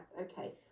okay